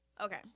okay